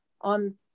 on